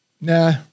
nah